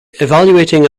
evaluating